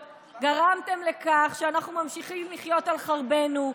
גרמתם לכך שאנחנו ממשיכים לחיות על חרבנו,